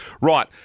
Right